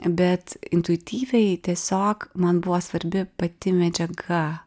bet intuityviai tiesiog man buvo svarbi pati medžiaga